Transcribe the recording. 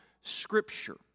Scripture